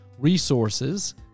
Resources